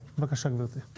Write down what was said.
בבקשה, גברתי.